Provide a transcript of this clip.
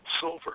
silver